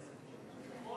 אתמול